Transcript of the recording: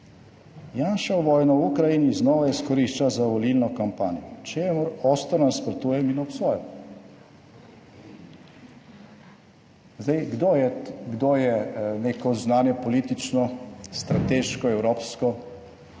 Janševo vojno v Ukrajini znova izkorišča za volilno kampanjo, čemur ostro nasprotujem in obsojam. Zdaj, kdo je, kdo je neko zunanjepolitično, strateško, evropsko